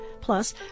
Plus